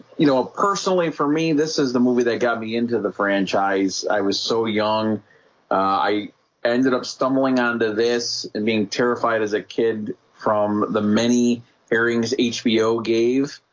you know ah personally for me this is the movie that got me into the franchise i was so young i ended up stumbling onto this and being terrified as a kid from the many airings hbo gave